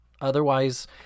Otherwise